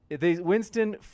Winston